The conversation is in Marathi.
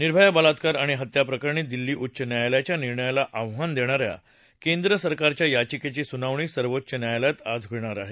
निर्भया बलात्कार आणि हत्या प्रकरणी दिल्ली उच्च न्यायालयाच्या निर्णयाला आव्हान देणाऱ्या केंद्रसरकारच्या याचिकेची सुनावणी सर्वोच्च न्यायालय आज धेणार आहे